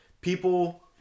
people